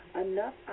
enough